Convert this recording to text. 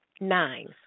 Nine